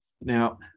Now